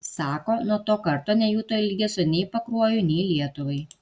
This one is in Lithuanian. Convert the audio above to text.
sako nuo to karto nejuto ilgesio nei pakruojui nei lietuvai